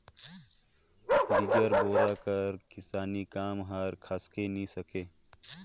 बिगर बोरा कर किसानी काम हर खसके नी सके